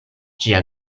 ĝia